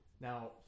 now